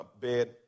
bed